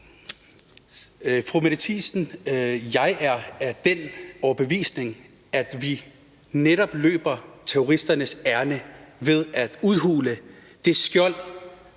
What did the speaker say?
Fru Mette Thiesen, jeg er af den overbevisning, at vi netop løber terroristernes ærinde ved at udhule det skjold,